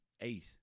eight